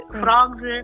frogs